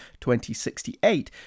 2068